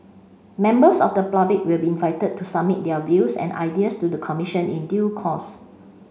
members of the public will be invited to submit their views and ideas to the Commission in due course